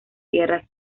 tierras